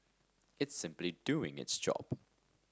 it's simply doing its job